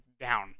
down